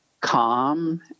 calm